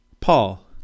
Paul